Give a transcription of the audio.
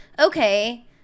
okay